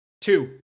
two